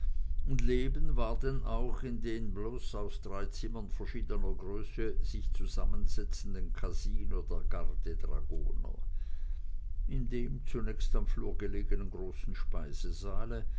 und leben war denn auch in dem aus bloß drei zimmern verschiedener größe sich zusammensetzenden kasino der gardedragoner in dem zunächst am flur gelegenen großen speisesaale